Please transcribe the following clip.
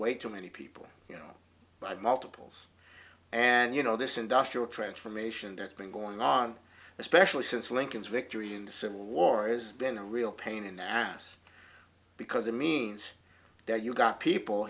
way too many people you know by multiples and you know this industrial transformation that's been going on especially since lincoln's victory and civil wars been a real pain in the ass because it means that you've got people